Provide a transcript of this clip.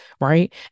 right